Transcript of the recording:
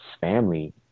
family